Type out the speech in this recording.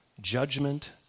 judgment